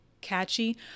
catchy